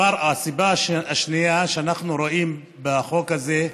הסיבה השנייה היא שאנחנו רואים בחוק הזה,